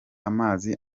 amazi